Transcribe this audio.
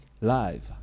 Live